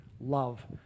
love